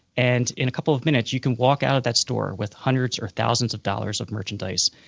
and in a couple of minutes you can walk out of that store with hundreds or thousands of dollars of merchandise,